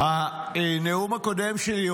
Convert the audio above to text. הנאום הקודם שלי,